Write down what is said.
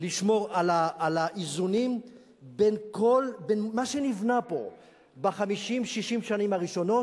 לשמור על האיזונים בין מה שנבנה פה ב-50 60 השנים הראשונות.